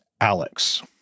Alex